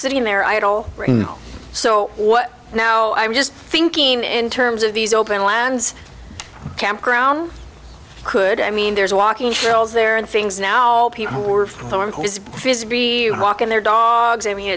sitting there idle so what now i'm just thinking in terms of these open lands campground could i mean there's walking trails there and things now people who are from his prison be walking their dogs i mean